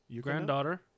Granddaughter